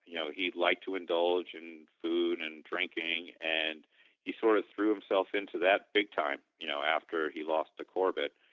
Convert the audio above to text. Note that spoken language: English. you know like to indulge in food and drinking and he sort of threw himself into that big time you know after he lost to corbett.